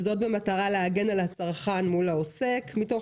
וזאת במטרה להגן על הצרכן מול העוסק מתוך